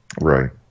Right